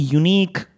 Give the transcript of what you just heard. unique